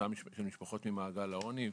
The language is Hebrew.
בהוצאה של משפחות ממעגל העוני.